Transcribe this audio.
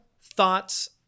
thoughts